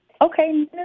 Okay